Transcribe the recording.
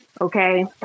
okay